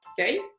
okay